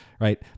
right